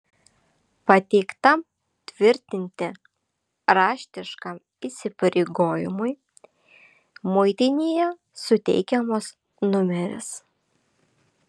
pateiktam tvirtinti raštiškam įsipareigojimui muitinėje suteikiamas numeris